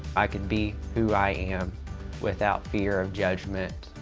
i could be who i am without fear of judgment.